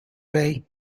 bay